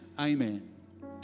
Amen